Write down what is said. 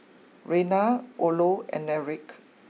Rena Orlo and Erik